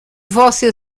você